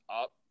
up